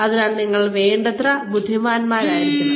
അതിനാൽ നിങ്ങൾ വേണ്ടത്ര ബുദ്ധിമാനായിരിക്കണം